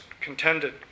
contended